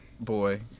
Boy